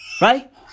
Right